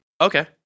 Okay